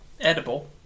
Edible